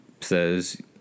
says